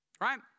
Right